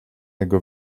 jego